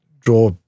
draw